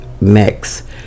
mix